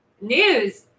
News